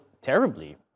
terribly